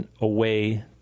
away